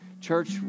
Church